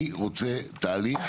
אני רוצה תהליך,